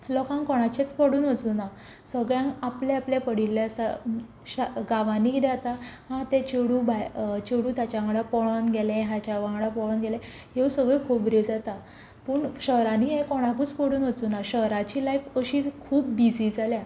लोकांक कोणाचेंच पडून वचूना सगळ्यांक आपलें आपलें पडिल्लें आसा गांवांनी कितें जाता हां तें चेडूं ताचे वांगडा पोळोन गेलें हाचे वांगडा पोळोन गेलें ह्यो सगळ्यो खोबऱ्यो जातात पूण शहरानीं हें कोणाकूच पडून वचूना शहराची लायफ अशी खूब बिजी जाल्या